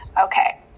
Okay